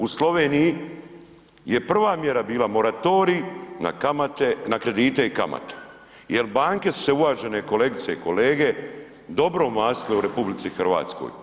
U Sloveniji je prva mjera bila moratorij na kamate, na kredite i kamate jer banke su se uvažene kolegice i kolege, dobro omastile u RH.